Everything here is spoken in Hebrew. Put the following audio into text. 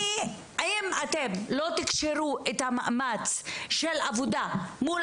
אם אתם לא תקשרו את המאמץ של עבודה מול